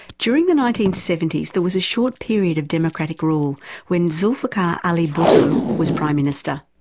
during the nineteen seventy s there was a short period of democratic rule when zulfikar ali bhutto was prime minister.